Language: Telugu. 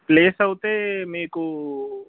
ప్లేస్ అయితే మీకు